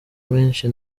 menshi